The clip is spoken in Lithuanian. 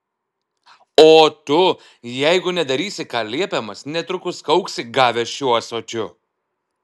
o tu jeigu nedarysi ką liepiamas netrukus kauksi gavęs šiuo ąsočiu